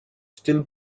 still